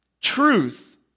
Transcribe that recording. Truth